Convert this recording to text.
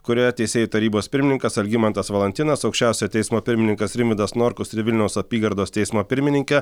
kurioje teisėjų tarybos pirmininkas algimantas valantinas aukščiausiojo teismo pirmininkas rimvydas norkus ir vilniaus apygardos teismo pirmininkė